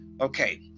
Okay